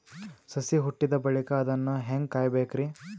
ಸಸಿ ಹುಟ್ಟಿದ ಬಳಿಕ ಅದನ್ನು ಹೇಂಗ ಕಾಯಬೇಕಿರಿ?